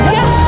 Yes